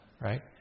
right